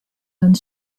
donne